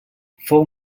fou